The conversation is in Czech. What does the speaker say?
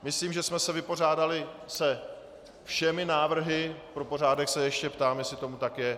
Myslím, že jsme se vypořádali se všemi návrhy, pro pořádek se ještě ptám, jestli tomu tak je.